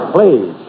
Please